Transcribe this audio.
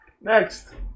next